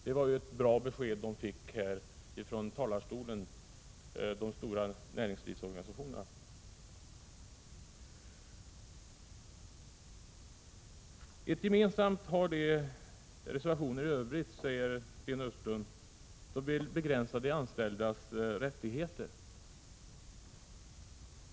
Det var ett bra besked de stora näringslivsorganisationerna fick direkt från talarstolen. Ett gemensamt har reservationerna i övrigt, säger Sten Östlund. De vill begränsa de anställdas rättigheter.